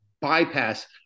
bypass